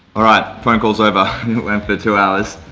alright phone calls over it went for two hours.